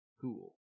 Cool